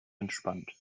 entspannt